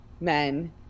men